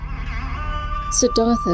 Siddhartha